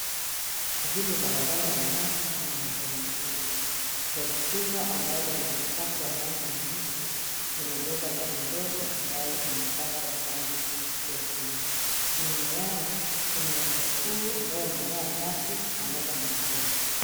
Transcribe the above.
Hii ni barabara ya lami, kuna magari mawili. Gari kubwa ambalo limepakwa rangi nyeupe, limebeba gari ndogo ambalo limepakwa rangi ya buluu. Nyuma yao kuna uwanja kuu ambao umemea nyasi pamoja na maua.